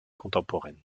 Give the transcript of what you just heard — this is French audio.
contemporaine